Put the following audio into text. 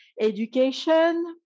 education